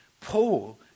Paul